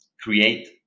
create